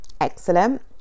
excellent